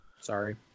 Sorry